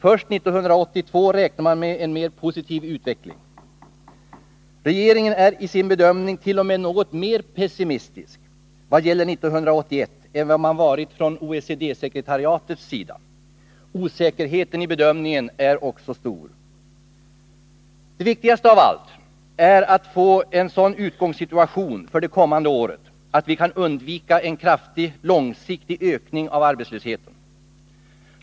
Först 1982 räknar man med en mer positiv utveckling. Regeringen är i sin bedömning t.o.m. något mer pessimistisk vad gäller 1981 än vad man har varit fftån OECD-sekretariatets sida. Osäkerheten i bedömningen är också stor. Det viktigaste av allt är att få en sådan utgångssituation för det kommande året att vi kan undvika en kraftig långsiktig ökning av arbetslösheten.